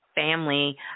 family